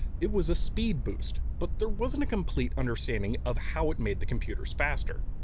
it was a speed boost. but there wasn't a complete understanding of how it made the computers faster.